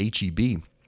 HEB